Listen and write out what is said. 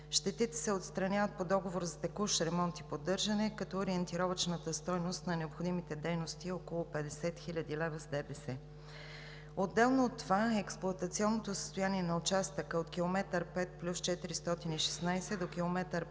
Щетите се отстраняват по договора за текущ ремонт и поддържане като ориентировъчната стойност на необходимите дейности е около 50 000 лв. с ДДС. Отделно от това експлоатационното състояние на участъка от км 5+416 до км